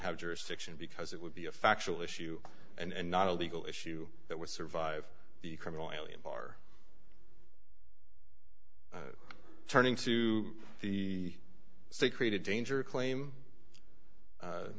have jurisdiction because it would be a factual issue and not a legal issue that would survive the criminal aliens are turning to the say created danger claim